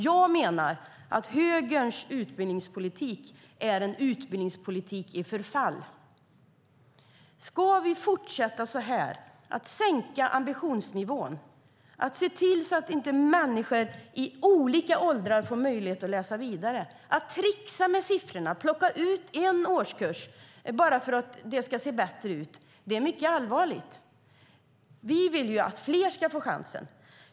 Jag menar att högerns utbildningspolitik är en utbildningspolitik i förfall. Ska vi fortsätta att sänka ambitionsnivån? Ska människor i olika åldrar inte få möjlighet att läsa vidare? Ska vi tricksa med siffrorna, plocka ut en enda årskurs, för att det ska se bättre ut? Det är mycket allvarligt. Vi vill att fler ska få chansen.